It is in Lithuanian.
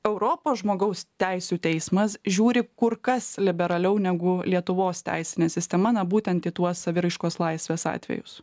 europos žmogaus teisių teismas žiūri kur kas liberaliau negu lietuvos teisinė sistema na būtent į tuos saviraiškos laisvės atvejus